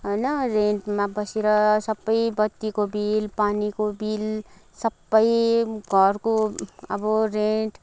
होइन रेन्टमा बसेर सबै बत्तिको बिल पानीको बिल सबै घरको अब रेन्ट